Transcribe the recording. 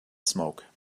smoke